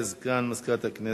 תודה לסגן מזכירת הכנסת.